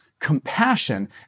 Compassion